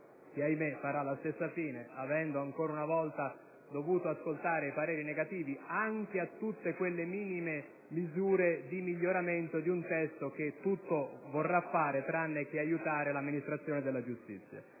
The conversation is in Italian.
che - ahimè - farà la stessa fine, avendo ancora una volta dovuto ascoltare i pareri contrari anche a tutte quelle minime misure di miglioramento di un testo che tutto vorrà fare tranne che aiutare l'amministrazione della giustizia.